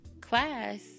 class